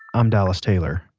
i'm dallas taylor